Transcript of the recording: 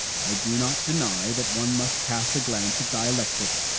i do not deny that one must cast a glance at dialectic,